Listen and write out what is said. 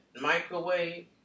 microwave